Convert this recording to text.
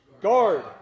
guard